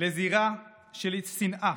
לזירה של שנאה